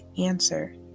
answer